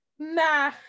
Nah